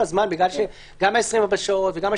קורא עכשיו מהנוסח שבפניכם את החידודים